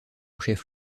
chef